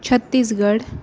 Chhattisgarh